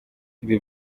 ibi